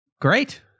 Great